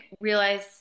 realize